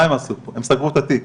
מה הם עשו פה, הם סגרו את התיק,